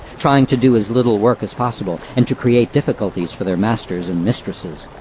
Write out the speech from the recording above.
trying to do as little work as possible and to create difficulties for their masters and mistresses.